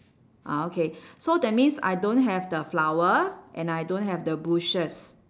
ah okay so that means I don't have the flower and I don't have the bushes